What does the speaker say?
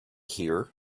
here